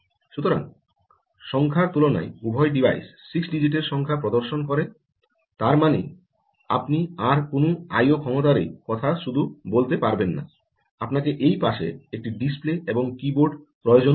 সুতরাং সংখ্যার তুলনায় উভয় ডিভাইস 6 ডিজিটের সংখ্যা প্রদর্শন করে তার মানে আপনি আর কোনও আই ও IO ক্ষমতারেই কথা শুধু বলতে পারবেন না আপনাকে এই পাশে একটি ডিসপ্লে এবং কীবোর্ডের প্রয়োজনও হবে